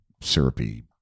syrupy